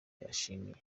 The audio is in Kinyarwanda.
yashimiye